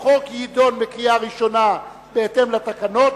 החוק יידון בקריאה ראשונה בהתאם לתקנות,